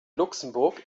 luxemburg